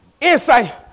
Insight